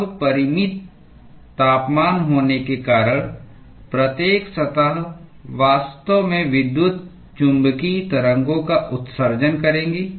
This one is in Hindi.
अब परिमित तापमान होने के कारण प्रत्येक सतह वास्तव में विद्युत चुम्बकीय तरंगों का उत्सर्जन करेगी